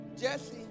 Jesse